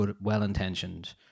well-intentioned